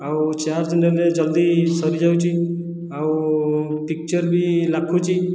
ଆଉ ଚାର୍ଜ ନେଲେ ଜଲ୍ଦି ସରିଯାଉଛି ଆଉ ପିକଚର୍ ବି ଲାଖୁଛି